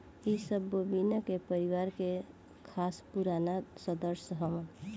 इ सब बोविना के परिवार के खास पुराना सदस्य हवन